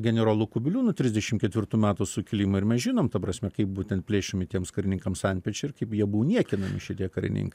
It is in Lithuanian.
generolu kubiliūnu trisdešim ketvirtų metų sukilimą ir mes žinom ta prasme kaip būtent plėšiami tiems karininkams antpečiai ir kaip jie buvo niekinami šitie karininkai